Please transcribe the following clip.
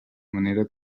manera